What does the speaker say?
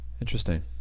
Interesting